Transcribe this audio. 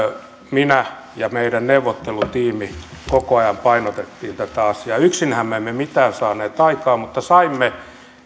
minä ja meidän neuvottelutiimimme koko ajan painotimme tätä asiaa yksinhän me emme mitään saaneet aikaan mutta saimme